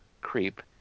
creep